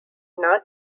not